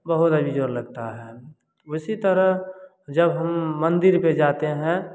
बहुत मज़ेदार लगता है उसी तरह जब हम मंदिर पर जाते हैं